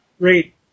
Great